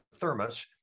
thermos